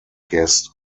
guest